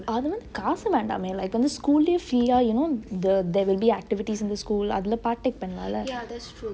அது வந்து காசு வேண்டாமெ:athu vanthu kaasu vendaamey like வந்து:vanthu school லயே:leye free யா:yaa you know the there will be activities in the school அதுல:athule part take பன்னலாலெ:pannelale